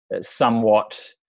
somewhat